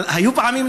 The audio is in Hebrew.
אבל היו פעמים,